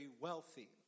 wealthy